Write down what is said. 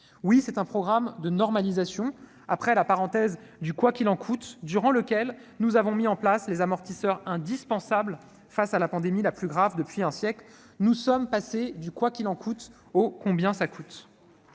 Oui, c'est un programme de normalisation après la parenthèse du « quoi qu'il en coûte », durant laquelle nous avons mis en place les amortisseurs indispensables face à la pandémie la plus grave depuis un siècle. Nous sommes passés du « quoi qu'il en coûte » au « combien ça coûte ».